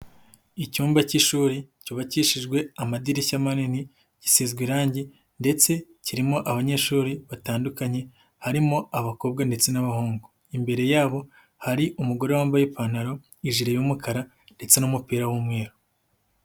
Icyumba k'ishuri cyubakishijwe amadirishya manini, gisizwe irangi ndetse kirimo abanyeshuri batandukanye harimo abakobwa ndetse n'abahungu, imbere yabo hari umugore wambaye ipantaro, ijiri y'umukara ndetse n'umupira w'umweru.